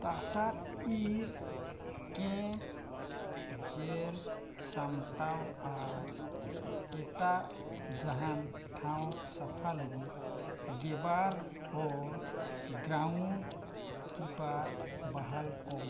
ᱛᱟᱥᱟᱫ ᱤᱨ ᱠᱮᱢᱯ ᱧᱮᱞ ᱥᱟᱢᱴᱟᱣ ᱟᱨ ᱮᱴᱟᱜ ᱡᱟᱦᱟᱱ ᱴᱷᱟᱶ ᱥᱟᱯᱷᱟ ᱞᱟᱹᱜᱤᱫ ᱜᱮᱵᱟᱨ ᱦᱚᱲ ᱜᱨᱟᱣᱩᱱᱰ ᱠᱤᱯᱟᱨ ᱵᱟᱦᱟᱞ ᱠᱚᱢ